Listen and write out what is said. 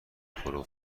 پرو